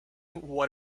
what